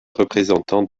représentant